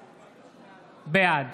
זוהר, בעד